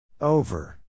over